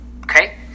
Okay